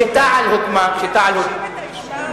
את האשה הערבייה.